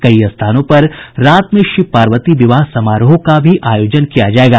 कई स्थानों पर रात में शिव पार्वती विवाह समारोह का भी आयोजन किया जायेगा